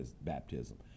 baptism